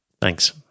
Thanks